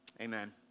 Amen